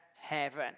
heaven